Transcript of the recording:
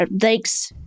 Thanks